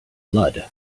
blood